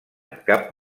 cap